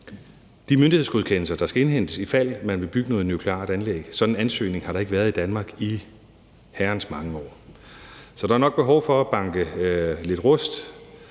de myndighedsgodkendelser, der skal indhentes, i fald man vil bygge et nukleart anlæg, har der ikke været en sådan ansøgning i Danmark i mange herrens år, så der er nok behov for at banke lidt rust